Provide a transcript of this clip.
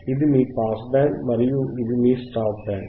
ఇది మీ pass band మరియు ఇది మీ స్టాప్ బ్యాండ్